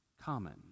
common